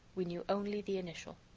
we knew only the initial.